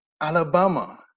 Alabama